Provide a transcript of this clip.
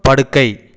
படுக்கை